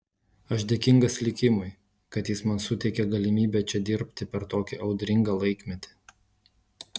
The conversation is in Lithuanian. aš dėkingas likimui kad jis man suteikė galimybę čia dirbti per tokį audringą laikmetį